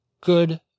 good